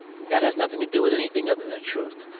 that has nothing to do with anything other than the truth,